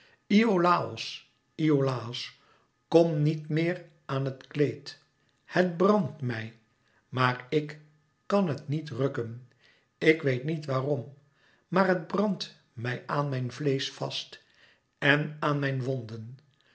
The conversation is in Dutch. iolàos iolàos kom niet meer aan het kleed het brandt mij maar ik kàn het niet rukken ik weet niet waarom maar het brandt mij aan mijn vleesch vast en aan mijn wonden